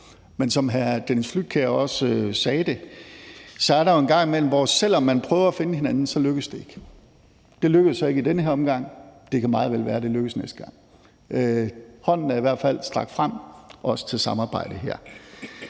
Men som hr. Dennis Flydtkjær også sagde det, er det jo sådan en gang imellem, at selv om man prøver at finde hinanden, lykkes det ikke. Det lykkedes ikke i den her omgang, men det kan meget vel være, det lykkes næste gang. Hånden er i hvert fald strakt frem, også til samarbejde her.